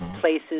places